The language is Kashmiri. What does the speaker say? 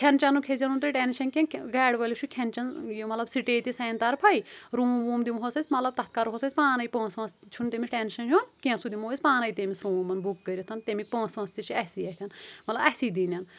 کھٮ۪ن چٮ۪نُک ہیٚیہِ زٮ۪و نہٕ تُہُۍ ٹٮ۪نشٮ۪ن کیٚنٛہہ گاڑِ وٲلِس چھُ کھٮ۪ن چٮ۪ن یہِ مطلَب سِٹے تہٕ سانہِ طرفے روٗم ووٗم دِمہٕ ہوس أسۍ مطلَب تَتھ کَرہوٚس أسۍ پانےٕ پونٛسہٕ وونٛسہٕ چھُ نہٕ تٔمِس ٹٮ۪نشٮ۪ن ہیوٚن کیٚنٛہہ سُہ دِمو أسۍ پانےٕ تٔمِس روٗمَن بُک کٕرِتھ تَمِکۍ پونٛسہٕ وونٛسہٕ تہِ چھِ اسی اَتھِ مطلَب اسی دِیِن